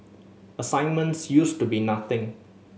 assignments used to be nothing